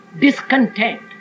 discontent